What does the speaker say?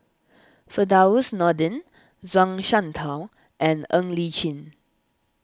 Firdaus Nordin Zhuang Shengtao and Ng Li Chin